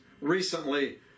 recently